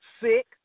sick